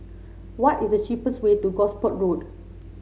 what is the cheapest way to Gosport Road